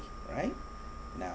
right now